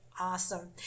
Awesome